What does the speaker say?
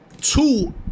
Two